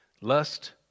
Lust